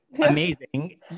amazing